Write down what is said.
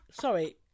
Sorry